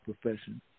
profession